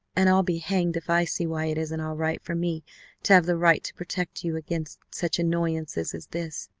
and i'll be hanged if i see why it isn't all right for me to have the right to protect you against such annoyances as this